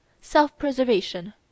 Self-preservation